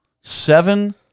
seven